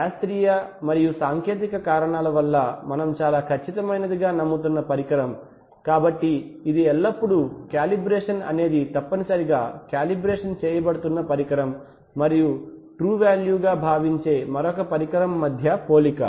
శాస్త్రీయ మరియు సాంకేతిక కారణాల వల్ల మనం చాలా ఖచ్చితమైనదిగా నమ్ముతున్న పరికరం కాబట్టి ఇది ఎల్లప్పుడూ కాలిబ్రేషన్ అనేది తప్పనిసరిగా కాలిబ్రేషన్ చేయబడుతున్న పరికరం మరియు ట్రూ వాల్యు గా భావించే మరొక పరికరం మధ్య పోలిక